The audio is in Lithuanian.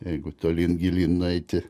jeigu tolyn gilyn nueiti